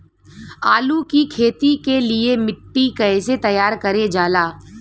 आलू की खेती के लिए मिट्टी कैसे तैयार करें जाला?